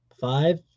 Five